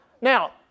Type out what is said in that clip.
Now